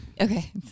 Okay